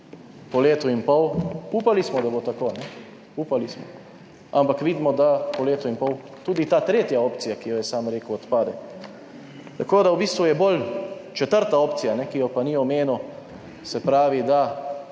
po letu in pol, upali smo, da bo tako, upali smo, ampak vidimo, da po letu in pol tudi ta tretja opcija, ki jo je sam rekel, odpade. Tako, da v bistvu je bolj četrta opcija, ki jo pa ni omenil, se pravi, da